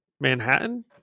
Manhattan